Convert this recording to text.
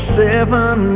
seven